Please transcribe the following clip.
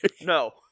No